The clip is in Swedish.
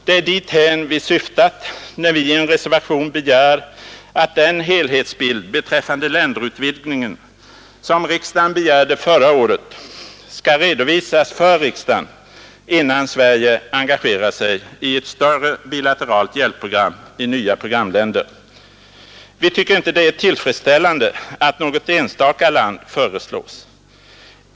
Det är dithän vi syftat, när vi i en reservation begär att den helhetsbild beträffande länderutvidgningen som riksdagen begärde förra året skall redovisas för riksdagen, innan Sverige engagerar sig i ett större bilateralt hjälpprogram i nya programländer. Vi tycker inte det är tillfredsställande att något enstaka land föreslås.